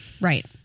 right